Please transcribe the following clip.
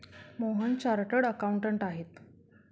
Mohan chartered accountant आहेत